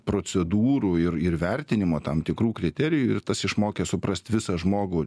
procedūrų ir ir vertinimo tam tikrų kriterijų ir tas išmokė suprast visą žmogų